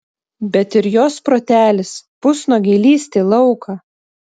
bet ir jos protelis pusnuogei lįsti į lauką